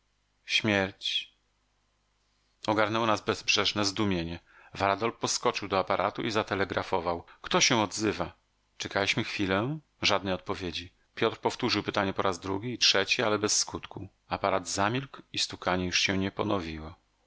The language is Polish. jeżeli śmierć ogarnęło nas bezbrzeżne zdumienie varadol poskoczył do aparatu i zatelegrafował kto się odzywa czekaliśmy chwilę żadnej odpowiedzi piotr powtórzył pytanie po raz drugi i trzeci ale bez skutku aparat zamilkł i stukanie już się nie ponowiło